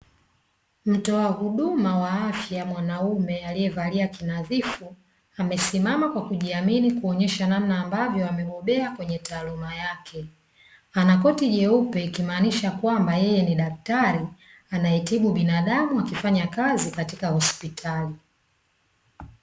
Mtoa huduma wa afya mwanaume aliyevalia kinadhifu, amesimama kwa kujiamini, kuonyesha namna ambavyo amebobea kwenye taaluma yake, anakoti jeupe ikimaanisha kwamba yeye ni daktari anayetibu binadamu akifanya kazi katika hospitali.